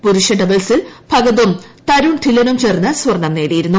പുരുഷ ഡബിൾസിൽ ഭഗതും തരുൺ ധില്പനും ചേർന്ന് സ്വർണ്ണം നേടിയിരുന്നു